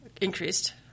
Increased